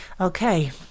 Okay